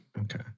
Okay